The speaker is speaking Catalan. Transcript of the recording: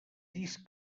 disc